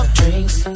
drinks